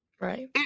Right